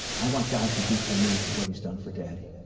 i want god to do for me what he has done for daddy.